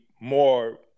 more